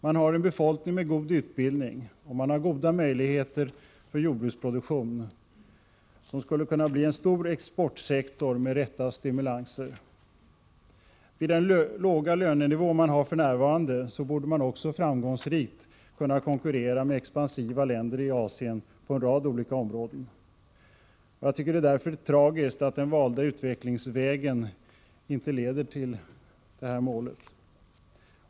Man har en befolkning med god utbildning, och man har goda möjligheter för jordbruksproduktion, som skulle kunna utgöra grunden för en stor exportsektor med rätta stimulanser. Vid den låga lönenivå man har för närvarande borde man också framgångsrikt kunna konkurrera med expansiva länder i Asien på en rad olika områden. Jag tycker därför att det är tragiskt att den valda utvecklingsvägen inte leder till detta mål.